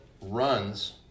runs